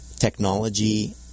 technology